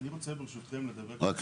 אני מבקש לתמצת